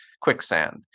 quicksand